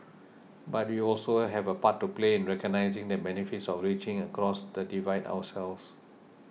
but we also have a part to play in recognising the benefits of reaching across the divide ourselves